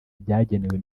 byagenewe